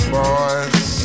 boys